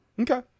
Okay